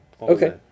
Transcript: Okay